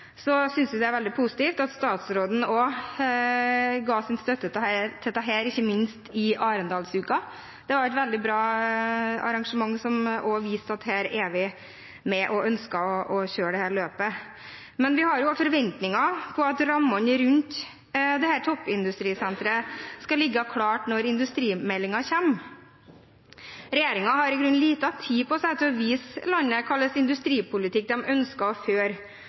synes vi det er veldig positivt at statsråden ga sin støtte til dette – ikke minst under Arendalsuka. Det var et veldig bra arrangement, som også viste at her er vi med og ønsker å kjøre dette løpet. Men vi har også forventninger om at rammene rundt dette toppindustrisenteret skal ligge klart når industrimeldingen kommer. Regjeringen har i grunnen liten tid på seg til å vise landet hva slags industripolitikk